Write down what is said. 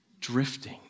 drifting